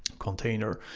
container.